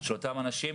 של אותם אנשים.